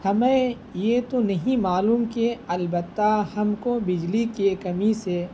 ہمیں یہ تو نہیں معلوم کہ البتہ ہم کو بجلی کے کمی سے